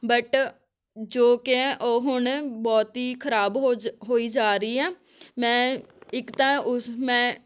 but ਜੋ ਕਿ ਉਹ ਹੁਣ ਬਹੁਤ ਹੀ ਖ਼ਰਾਬ ਹੋ ਜ ਹੋਈ ਜਾ ਰਹੀ ਆ ਮੈਂ ਇੱਕ ਤਾਂ ਉਸ ਮੈਂ